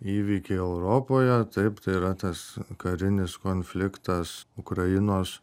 įvykiai europoje taip tai yra tas karinis konfliktas ukrainos